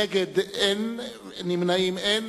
נגד, אין, נמנעים, אין.